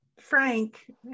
frank